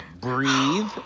breathe